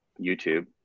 YouTube